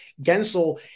Gensel